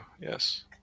yes